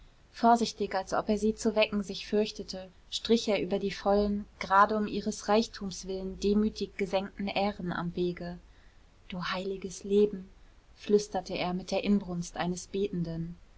vorsichtig als ob er sie zu wecken sich fürchtete strich er über die vollen gerade um ihres reichtums willen demütig gesenkten ähren am wege du heiliges leben flüsterte er mit der inbrunst eines betenden